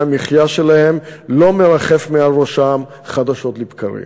המחיה שלהם לא מרחף מעל ראשם חדשות לבקרים.